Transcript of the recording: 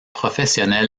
professionnel